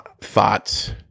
thoughts